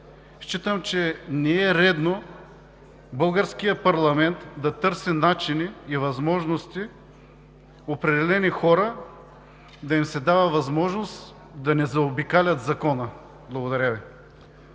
Считам, че не е редно българският парламент да търси начини и възможности на определени хора да им се дава възможност да заобикалят закона. Благодаря Ви.